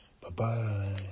Bye-bye